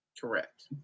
Correct